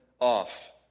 off